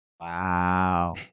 Wow